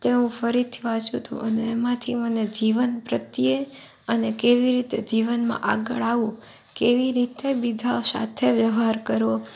તેઓ ફરીથી વાંચું તો અને એમાંથી મને જીવન પ્રત્યે અને કેવી રીતે જીવનમાં આગળ આવવું કેવી રીતે બીજા સાથે વ્યવહાર કરવો